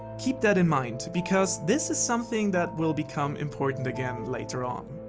keep that in mind, because this is something that will become important again later on.